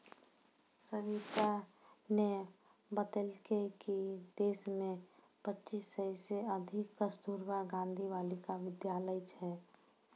सविताने बतेलकै कि देश मे पच्चीस सय से अधिक कस्तूरबा गांधी बालिका विद्यालय छै